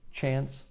chance